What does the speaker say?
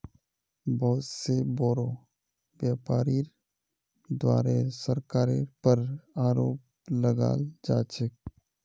बहुत स बोरो व्यापीरीर द्वारे सरकारेर पर आरोप लगाल जा छेक